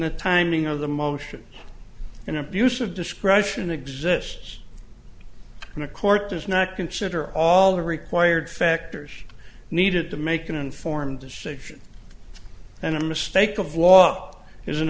the timing of the motion an abuse of discretion exists and the court does not consider all the required factors needed to make an informed decision and a mistake of law is an a